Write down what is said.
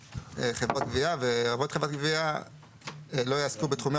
שחברות גבייה ועובדי חברת גבייה "וכן לא יעסקו בתחומי